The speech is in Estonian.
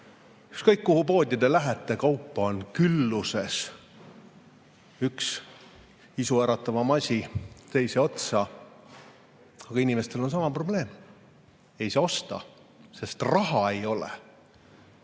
Ükskõik kuhu poodi te lähete, kaupa on külluses. Üks isuäratavam asi teise otsa. Aga inimestel on sama probleem: ei saa osta. Raha ei ole.